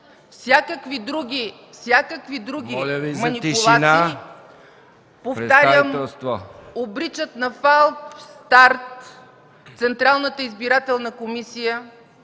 всякакви други манипулации, повтарям, обричат на фалстарт Централната избирателна комисия.